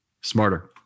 Smarter